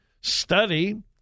study